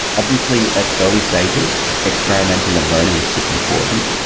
obviously at early stages, experimenting and learning is super important.